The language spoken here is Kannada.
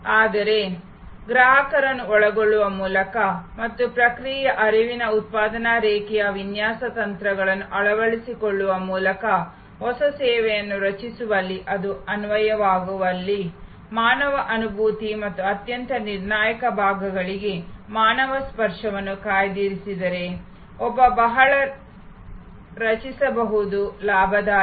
ಆದರೆ ಗ್ರಾಹಕರನ್ನು ಒಳಗೊಳ್ಳುವ ಮೂಲಕ ಮತ್ತು ಪ್ರಕ್ರಿಯೆಯ ಹರಿವಿನ ಉತ್ಪಾದನಾ ರೇಖೆಯ ವಿನ್ಯಾಸ ತಂತ್ರಗಳನ್ನು ಅಳವಡಿಸಿಕೊಳ್ಳುವ ಮೂಲಕ ಹೊಸ ಸೇವೆಯನ್ನು ರಚಿಸುವಲ್ಲಿ ಅದು ಅನ್ವಯವಾಗುವಲ್ಲಿ ಮಾನವ ಅನುಭೂತಿ ಮತ್ತು ಅತ್ಯಂತ ನಿರ್ಣಾಯಕ ಭಾಗಗಳಿಗೆ ಮಾನವ ಸ್ಪರ್ಶವನ್ನು ಕಾಯ್ದಿರಿಸಿದರೆ ಒಬ್ಬರು ಬಹಳ ರಚಿಸಬಹುದು ಲಾಭದಾಯಕ